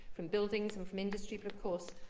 from buildings and from industry, but, of course,